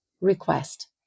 request